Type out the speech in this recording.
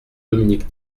dominique